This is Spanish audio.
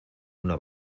una